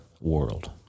world